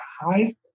high